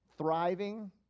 Thriving